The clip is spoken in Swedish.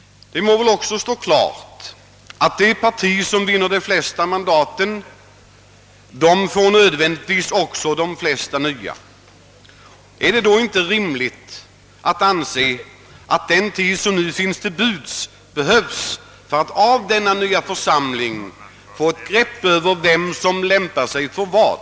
Det står väl också klart, att de par tier som vinner de flesta nya mandaten också får det största antalet nya på ordförandeposterna. Är det då inte rimligt att man får behålla den tid som nu står till buds för att bilda sig en uppfattning om vem som lämpar sig bäst för vad?